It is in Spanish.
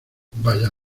vaya